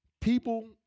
People